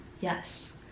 yes